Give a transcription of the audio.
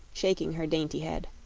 shaking her dainty head.